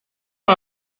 mal